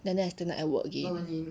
and then I stand up and work again